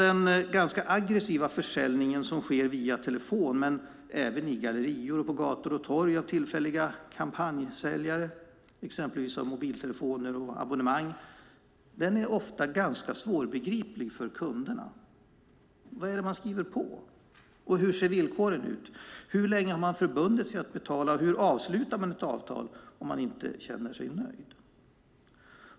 Den ganska aggressiva försäljning som sker via telefon men även i gallerior och på gator och torg av tillfälliga kampanjsäljare, exempelvis av mobiltelefoner och abonnemang, är ofta ganska svårbegriplig för kunderna. Vad är det man skriver på? Hur ser villkoren ut? Hur länge har man förbundit sig att betala, och hur avslutar man ett avtal om man inte känner sig nöjd?